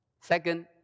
Second